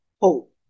hope